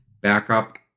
backup